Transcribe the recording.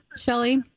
Shelly